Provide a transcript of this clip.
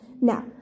Now